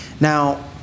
Now